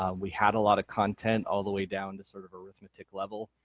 um we had a lot of content all the way down to sort of arithmetic level,